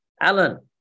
Alan